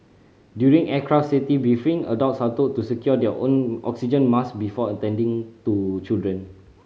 during aircraft safety briefing adults are told to secure their own oxygen mask before attending to children